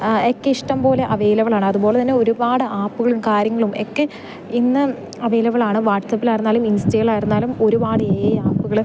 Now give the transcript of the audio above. ആ ഒക്കെ ഇഷ്ടം പോലെ അവൈലബ്ളാണ് അത്പോലെ തന്നെ ഒരുപാട് ആപ്പ്കളും കാര്യങ്ങളും ഒക്കെ ഇന്ന് അവൈലബ്ളാണ് വാട്സപ്പിലായിരുന്നാലും ഇൻസ്റ്റേലായിരുന്നാലും ഒരുപാട് എ ഐ ആപ്പ്കൾ